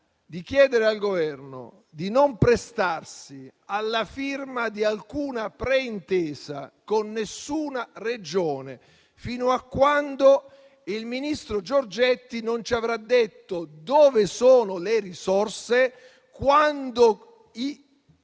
di chiedere al Governo di non prestarsi alla firma di alcuna pre-intesa con nessuna Regione fino a quando il ministro Giorgetti non ci avrà detto dove sono le risorse, quando i